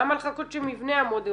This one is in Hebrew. למה לחכות שמבנה יעמוד.